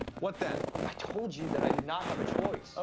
what then? i told you that i did not have a choice. oh,